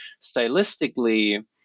stylistically